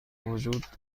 وجود